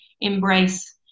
embrace